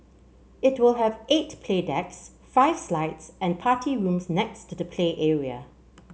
it will have eight play decks five slides and party rooms next to the play area